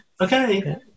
okay